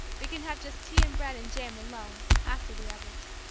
we can have just tea and bread and jam alone, after the others.